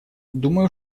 думаю